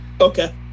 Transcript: Okay